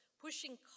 pushing